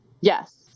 yes